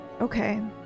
Okay